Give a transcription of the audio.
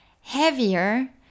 heavier